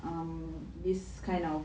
um this kind of